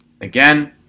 Again